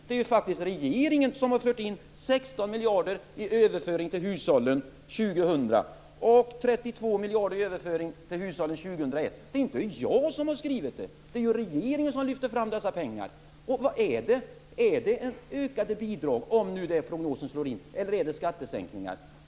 Det är faktiskt regeringen som har fört in 16 miljarder i överföring till hushållen år 2000 och 32 miljarder i överföring till hushållen år 2001. Det är inte jag som har skrivit det! Det är ju regeringen som lyfter fram dessa pengar! Vad är det? Är det ökade bidrag, om nu prognosen slår in, eller är det skattesänkningar?